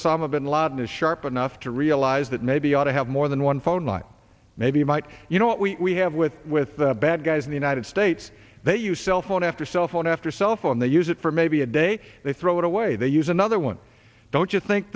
osama bin laden is sharp enough to realize that maybe ought to have more than one phone line maybe might you know what we have with with the bad guys in the united states they use cell phone after cell phone after cell phone they use it for maybe a day they throw it away they use another one don't you think